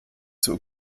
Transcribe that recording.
zur